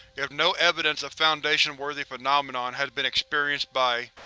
if no evidence of foundation-worthy phenomena has been experienced by,